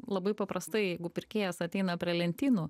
labai paprastai jeigu pirkėjas ateina prie lentynų